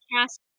cast